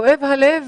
כואב הלב